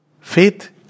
Faith